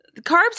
Carbs